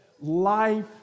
life